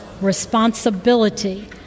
responsibility